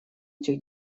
этих